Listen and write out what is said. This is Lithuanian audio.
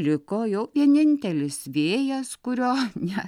liko jo vienintelis vėjas kurio ne